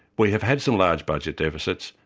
we have had some large budget deficits,